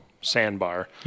sandbar